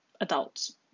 adults